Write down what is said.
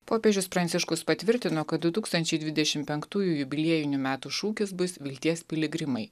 popiežius pranciškus patvirtino kad du tūkstančiai dvidešim penktųjų jubiliejinių metų šūkis bus vilties piligrimai